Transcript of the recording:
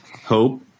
Hope